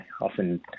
often